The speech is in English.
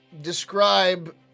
describe